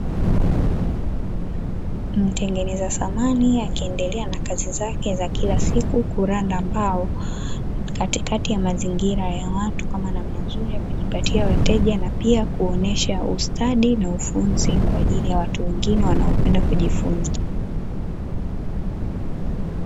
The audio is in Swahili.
Mtengeneza samani akiendelea na kazi zake za kila siku za kuranda mba, katikati ya mazingira ya watu kama namna nzuri ya kujipatia wateja, na pia kuonyesha ustadi na ufunzi kwa ajili ya watu wengine wanaopenda kujifunza.